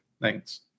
Thanks